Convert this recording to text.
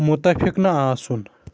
مُتفِق نہَ آسُن